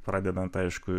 pradedant aišku